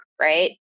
right